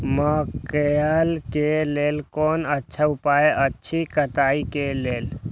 मकैय के लेल कोन अच्छा उपाय अछि कटाई के लेल?